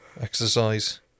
exercise